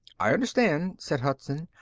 i understand, said hudson,